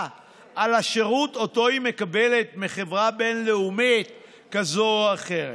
על השירות שאותו היא מקבלת מחברה בין-לאומית כזאת או אחרת.